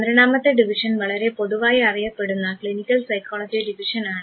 പന്ത്രണ്ടാമത്തെ ഡിവിഷൻ വളരെ പൊതുവായി അറിയപ്പെടുന്ന ക്ലിനിക്കൽ സൈക്കോളജി ഡിവിഷനാണ്